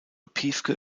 piefke